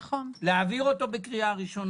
להעביר אותו בקריאה ראשונה,